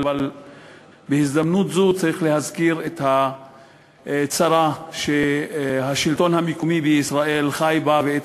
אבל בהזדמנות זו צריך להזכיר את הצרה שהשלטון המקומי בישראל חי בה ואת